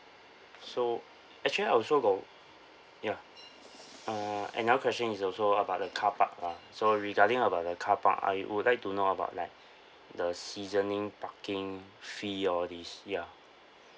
so actually I also got ya uh another question is also about the carpark lah so regarding about the carpark I would like to know about like the seasoning parking fee all this ya